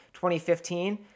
2015